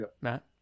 Matt